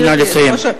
נא לסיים.